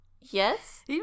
Yes